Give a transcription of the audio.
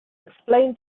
explain